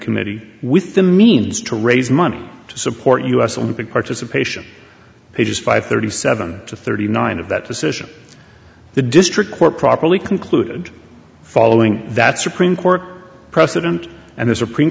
committee with the means to raise money to support us on the big participation pages five thirty seven to thirty nine of that decision the district court properly concluded following that supreme court precedent and the supreme